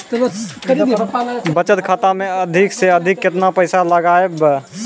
बचत खाता मे अधिक से अधिक केतना पैसा लगाय ब?